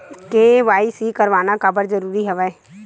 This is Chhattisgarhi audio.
के.वाई.सी करवाना काबर जरूरी हवय?